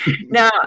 now